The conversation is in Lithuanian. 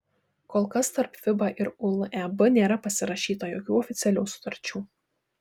kol kas tarp fiba ir uleb nėra pasirašyta jokių oficialių sutarčių